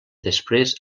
després